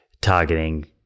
targeting